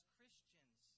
Christians